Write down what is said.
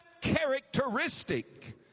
characteristic